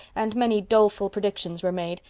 and many doleful predictions were made,